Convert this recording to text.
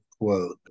quote